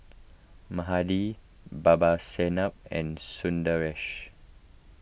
Mahade Babasaheb and Sundaresh